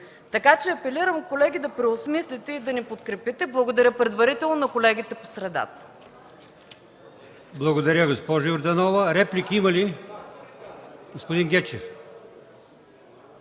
Така че апелирам, колеги, да преосмислите и да ни подкрепите. Благодаря предварително на колегите по средата.